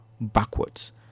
backwards